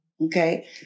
Okay